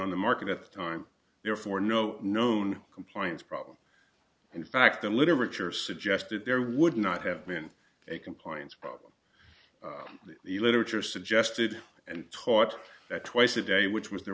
on the market at the time therefore no known compliance problem in fact the literature suggested there would not have been a compliance problem the literature suggested and taught that twice a day which was the